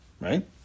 right